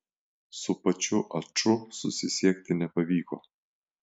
su pačiu aču susisiekti nepavyko